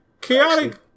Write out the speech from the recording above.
Chaotic